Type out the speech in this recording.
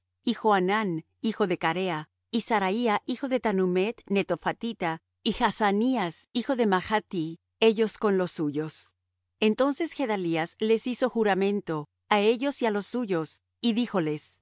y johanán hijo de carea y saraía hijo de tanhumet netofatita y jaazanías hijo de maachti ellos con los suyos entonces gedalías les hizo juramento á ellos y á los suyos y